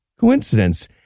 Coincidence